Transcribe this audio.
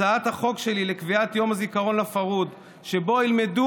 הצעת החוק שלי לקביעת יום הזיכרון לפרהוד שבו ילמדו